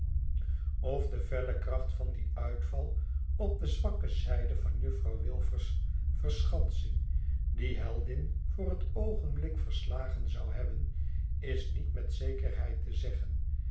of de felle kracht van dien uitval op de zwakke zijde van juffrouw wilfer's verschansing die heldin voor het oogenblik verslagen zou hebben is niet met zekerheid te zeggen